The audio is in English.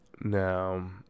Now